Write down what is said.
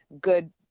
good